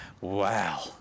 Wow